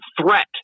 threat